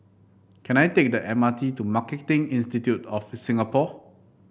can I take the M R T to Marketing Institute of Singapore